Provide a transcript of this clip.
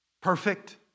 Perfect